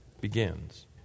begins